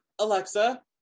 Alexa